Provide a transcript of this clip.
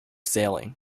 sailing